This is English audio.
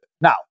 Now